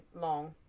long